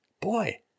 Boy